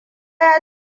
ya